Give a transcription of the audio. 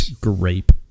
grape